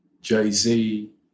Jay-Z